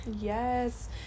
Yes